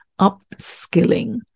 upskilling